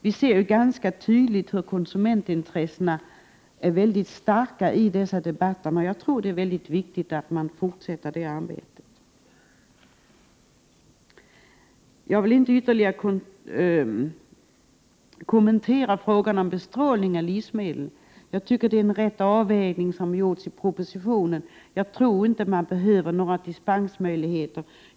Vi ser tydligt att konsumentintressena är starka i den debatt som förs, och jag tror att det är väldigt viktigt att arbetet på det området fortsätter. Jag vill inte ytterligare kommentera frågan om bestrålning av livsmedel. Jag tycker att det är rätt avvägning som gjorts i propositionen, och jag tror inte att det behövs några dispensmöjligheter.